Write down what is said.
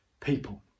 people